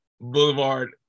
Boulevard